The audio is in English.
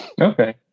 okay